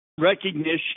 Recognition